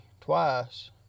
twice